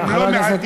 והם לא מעטים,